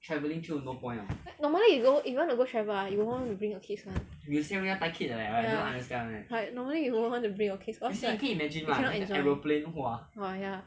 normally if go if you want to go travel ah you won't want to bring your kids one ya like normally you won't want to bring your kids or else like you cannot enjoy